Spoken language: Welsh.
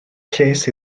lles